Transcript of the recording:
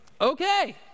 okay